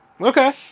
Okay